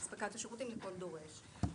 אספקת השירותים לכל הדורש.